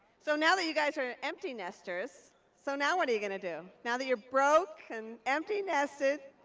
so now that you guys are empty nesters, so now when are you going to do? now that you're broke and empty-nested,